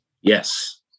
Yes